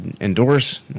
endorse